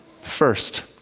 First